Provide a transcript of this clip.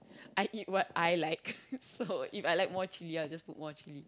I eat what I like so If I like more chilli I'll just put more chilli